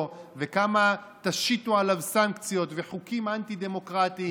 וכמה תשיתו עליו סנקציות וחוקים אנטי-דמוקרטיים,